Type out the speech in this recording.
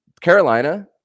Carolina